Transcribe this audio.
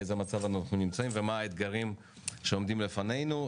באיזה מצב אנחנו נמצאים ומה האתגרים שעומדים לפנינו.